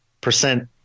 percent